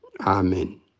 Amen